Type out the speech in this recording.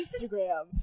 Instagram